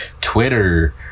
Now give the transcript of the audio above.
Twitter